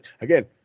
again